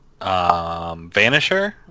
Vanisher